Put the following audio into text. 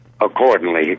accordingly